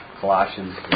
Colossians